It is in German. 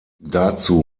dazu